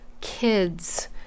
kids